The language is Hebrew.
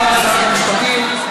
לשרת המשפטים.